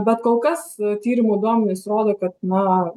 bet kol kas tyrimų duomenys rodo kad na